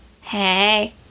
hey